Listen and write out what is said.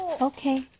Okay